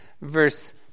Verse